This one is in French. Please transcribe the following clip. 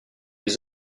les